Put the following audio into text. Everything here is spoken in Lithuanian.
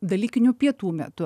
dalykinių pietų metu